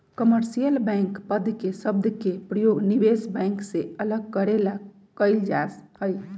commercial bank पद के शब्द के प्रयोग निवेश बैंक से अलग करे ला कइल जा हई